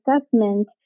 assessment